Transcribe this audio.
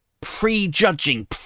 Pre-judging